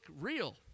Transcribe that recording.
real